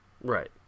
Right